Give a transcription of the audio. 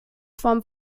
vom